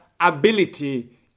ability